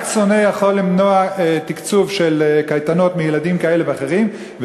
רק שונא יכול למנוע תקצוב של קייטנות מילדים כאלה ואחרים,